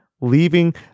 leaving